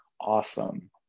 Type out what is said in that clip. awesome